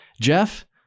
Jeff